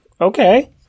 Okay